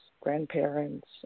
grandparents